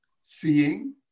Seeing